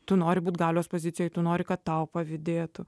tu nori būti galios pozicijoje tu nori kad tau pavydėtų